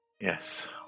Yes